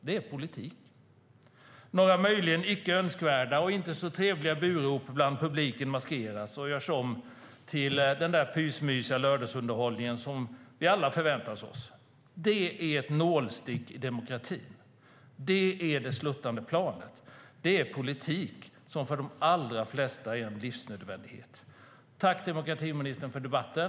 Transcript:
Det är politik. Några möjligen icke önskvärda och inte så trevliga burop bland publiken maskeras och görs om till den där myspysiga lördagsunderhållningen som vi alla har förväntat oss. Det är ett nålstick i demokratin, det är det sluttande planet och det är politik som för de allra flesta är en livsnödvändighet. Jag tackar demokratiministern för debatten.